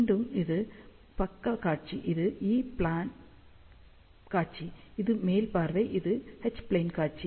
மீண்டும் இது பக்கக் காட்சி இது ஈ ப்ளேன் காட்சி இது மேல் பார்வை இது எச் ப்ளேன் காட்சி